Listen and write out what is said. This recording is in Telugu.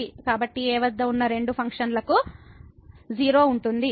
కాబట్టి a వద్ద ఉన్న రెండు ఫంక్షన్లకు 0 ఉంటుంది